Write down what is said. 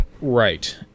Right